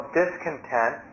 discontent